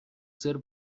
ser